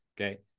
Okay